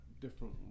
different